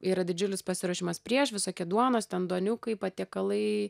yra didžiulis pasiruošimas prieš visokie duonos ten duoniukai patiekalai